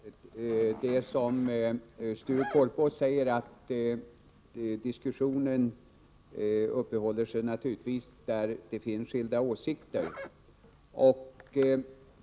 Herr talman! Det är som Sture Korpås säger, att diskussionen naturligtvis uppehåller sig där det finns skilda åsikter.